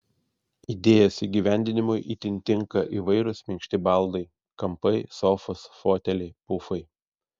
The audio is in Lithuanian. idėjos įgyvendinimui itin tinka įvairūs minkšti baldai kampai sofos foteliai pufai